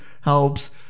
helps